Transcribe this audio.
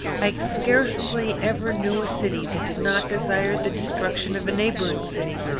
i scarcely ever knew a city that did not desire the destruction of a neighbouring city,